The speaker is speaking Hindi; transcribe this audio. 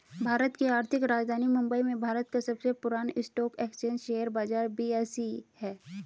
भारत की आर्थिक राजधानी मुंबई में भारत का सबसे पुरान स्टॉक एक्सचेंज शेयर बाजार बी.एस.ई हैं